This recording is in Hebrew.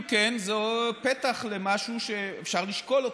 אם כן, זה פתח למשהו שאפשר לשקול אותו,